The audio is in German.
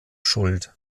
schuld